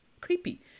creepy